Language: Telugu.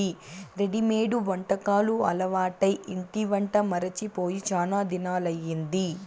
రెడిమేడు వంటకాలు అలవాటై ఇంటి వంట మరచి పోయి శానా దినాలయ్యింది